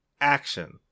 action